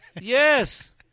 Yes